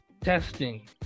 Testing